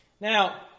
Now